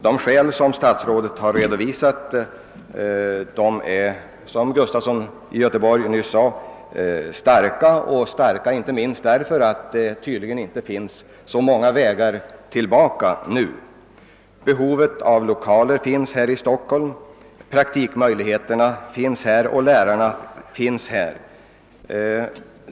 De skäl som statsrådet angav är, som herr Gustafson i Göteborg nyss sade, starka — inte minst därför att det nu tydligen inte finns så många vägar tillbaka. Behovet av lokaler kan tillgodoses i Stockholm, och här finns lärare och möjligheter till praktiktjänstgöring.